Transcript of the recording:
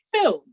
film